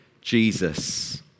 Jesus